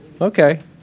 Okay